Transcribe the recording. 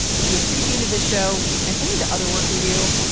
if you appreciated the show and any of the other work we do,